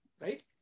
right